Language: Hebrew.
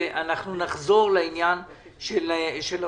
אנחנו נחזור לעניין ההודעות.